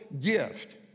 gift